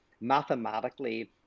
mathematically